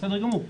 בסדר גמור.